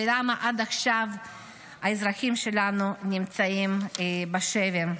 ולמה עד עכשיו האזרחים שלנו נמצאים בשבי.